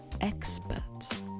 experts